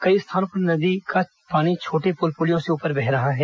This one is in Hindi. कई स्थानों पर नदी का पानी छोटे पुल पुलियों से ऊपर बह रहा है